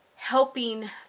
Helping